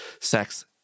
Sex